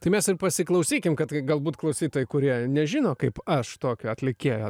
tai mes ir pasiklausykim kad galbūt klausytojai kurie nežino kaip aš tokio atlikėjo